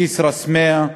כסרא-סמיע,